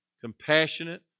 compassionate